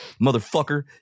motherfucker